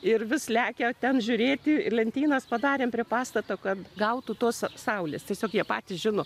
ir vis lekia ten žiūrėti lentynas padarėm prie pastato kad gautų tos saulės tiesiog jie patys žino